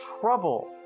trouble